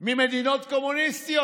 ממדינות קומוניסטיות.